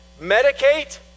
medicate